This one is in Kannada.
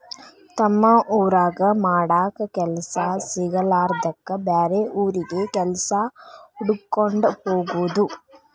ತಮ್ಮ ಊರಾಗ ಮಾಡಾಕ ಕೆಲಸಾ ಸಿಗಲಾರದ್ದಕ್ಕ ಬ್ಯಾರೆ ಊರಿಗೆ ಕೆಲಸಾ ಹುಡಕ್ಕೊಂಡ ಹೊಗುದು